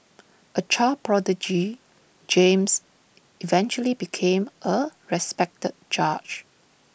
A child prodigy James eventually became A respected judge